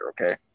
okay